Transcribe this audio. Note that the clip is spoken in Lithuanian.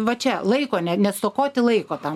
va čia laiko ne nestokoti laiko tam